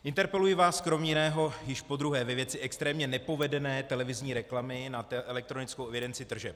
Interpeluji vás kromě jiného již podruhé ve věci extrémně nepovedené televizní reklamy na elektronickou evidenci tržeb.